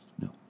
no